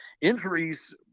injuries –